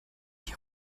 die